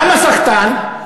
למה סחטן,